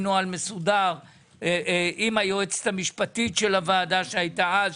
נוהל מסודר עם היועצת המשפטית של הוועדה שהייתה אז,